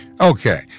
Okay